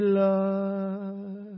love